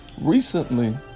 Recently